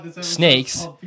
Snakes